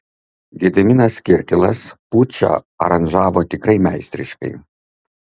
gediminas kirkilas pučą aranžavo tikrai meistriškai